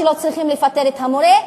לא צריכים לפטר את המורה,